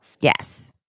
Yes